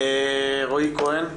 רועי כהן.